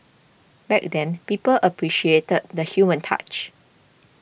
back then people appreciated the human touch